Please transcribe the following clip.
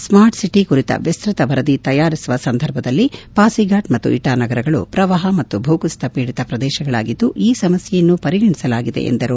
smart city ಕುರಿತ ವಿಸ್ನತ ವರದಿ ತಯಾರಿಸುವ ಸಂದರ್ಭದಲ್ಲಿ ಪಾಸಿಫಾಟ್ ಮತ್ತು ಇಣಾನಗರಗಳು ಪ್ರವಾಹ ಮತ್ತು ಭೂಕುಸಿತ ಪೀಡಿತ ಪ್ರದೇಶಗಳಾಗಿದ್ದು ಈ ಸಮಸ್ನೆಗಳನ್ನೂ ಪರಿಗಣಿಸಲಾಗಿದೆ ಎಂದರು